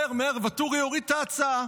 מהר מהר ואטורי הוריד את ההצעה.